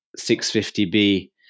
650B